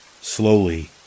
Slowly